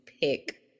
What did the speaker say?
pick